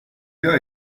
gars